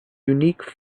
unique